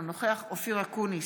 אינו נוכח אופיר אקוניס,